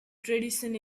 tradition